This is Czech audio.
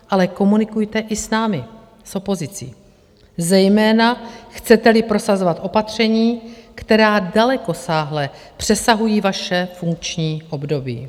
Ale komunikujte i s námi, s opozicí, zejména chceteli prosazovat opatření, která dalekosáhle přesahují vaše funkční období.